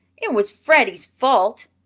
it was freddie's fault.